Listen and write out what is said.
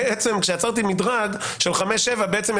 כשיצרתי מדרג של חמש שנים ושבע שנים,